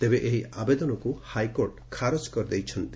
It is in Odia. ତେବେ ଏହି ଆବେଦନକୁ ହାଇକୋର୍ଟ ଖାରଜ କରିଦେଇଛନ୍ତି